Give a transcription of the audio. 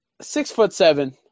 Six-foot-seven